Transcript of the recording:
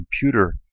computer